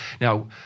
Now